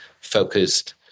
focused